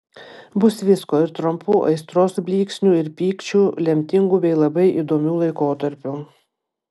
bus visko ir trumpų aistros blyksnių ir pykčių lemtingų bei labai įdomių laikotarpių